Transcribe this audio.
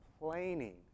complaining